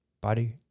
body